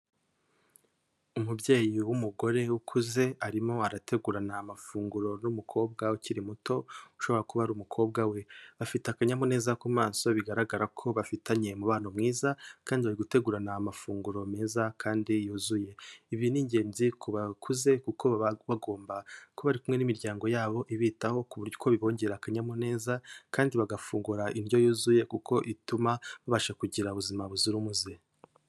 Umubyeyi w'umugore ukuze arimo arategurana amafunguro n'umukobwa ukiri muto ushobora kuba ari umukobwa we, bafite akanyamuneza ku maso bigaragara ko bafitanye umubano mwiza kandi bari gutegurana amafunguro meza kandi yuzuye, ibi ni ingenzi ku bakuze kuko baba bagomba kuba bari kumwe n'imiryango yabo ibitaho ku buryo bibongera akanyamuneza kandi bagafungura indyo yuzuye kuko ituma babasha kugira ubuzima buzira umuze.